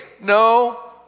No